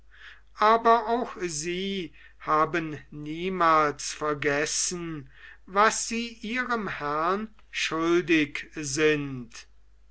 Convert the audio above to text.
aber auch sie haben niemals vergessen was sie ihrem herrn schuldig sind